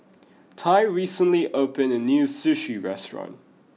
Tai recently opened a new Sushi restaurant